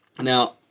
Now